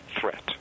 threat